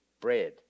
bread